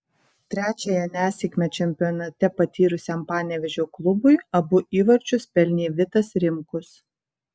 trečiąją nesėkmę čempionate patyrusiam panevėžio klubui abu įvarčius pelnė vitas rimkus